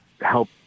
help